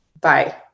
Bye